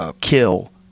kill